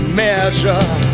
measure